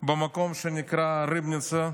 במקום שנקרא ריבניצה.